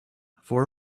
for